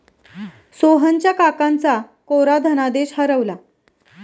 सोहनच्या काकांचा कोरा धनादेश हरवला